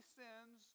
sins